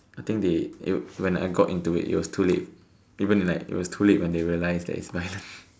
I think they when I got into it it was too late even if like it was too late when they realise it's like